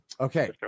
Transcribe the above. Okay